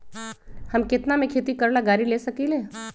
हम केतना में खेती करेला गाड़ी ले सकींले?